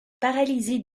paralysie